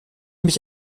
mich